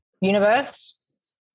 universe